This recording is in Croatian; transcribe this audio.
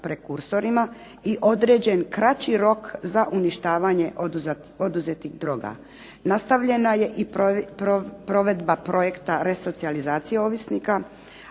prekursorima i određen kraći rok za uništavanje oduzetih droga. Nastavljena je i provedba projekta resocijalizacije ovisnika,